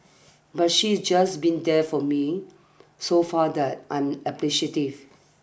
but she just be there for me so far that I'm appreciative